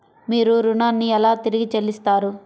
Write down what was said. మీరు ఋణాన్ని ఎలా తిరిగి చెల్లిస్తారు?